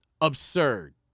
absurd